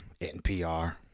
NPR